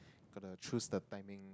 gotta choose the timing